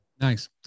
nice